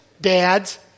dads